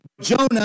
Jonah